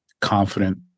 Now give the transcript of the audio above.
confident